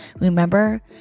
Remember